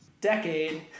decade